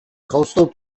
coastal